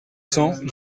cents